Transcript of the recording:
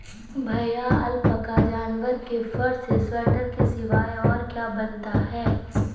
भैया अलपाका जानवर के फर से स्वेटर के सिवाय और क्या बनता है?